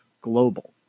Global